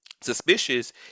suspicious